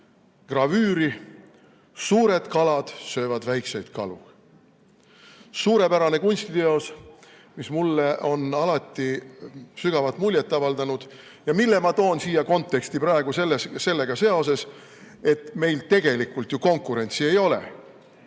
gravüüri "Suur kala sööb väikseid kalu". Suurepärane kunstiteos, mis mulle on alati sügavat muljet avaldanud ja mille ma toon siia konteksti praegu sellega seoses, et meil tegelikult ju konkurentsi ei ole.